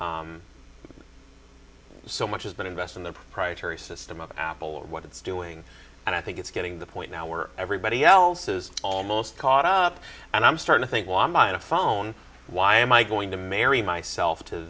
so much is that invest in the proprietary system of apple or what it's doing and i think it's getting the point now where everybody else is almost caught up and i'm starting to think well i'm on a phone why am i going to marry myself to